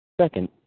Second